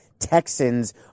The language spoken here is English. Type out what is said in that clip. Texans